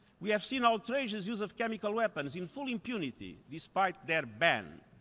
we have seen outrageous uses of chemical weapons, in full impunity despite their ban.